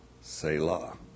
Selah